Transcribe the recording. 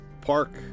park